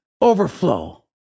Overflow